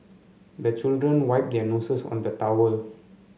the children wipe their noses on the towel